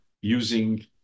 using